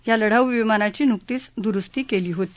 या लढाऊ विमानाची नुकतीच दुरुस्ती केली होती